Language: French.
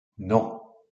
non